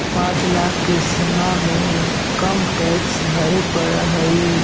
पाँच लाख के सीमा में इनकम टैक्स भरे पड़ऽ हई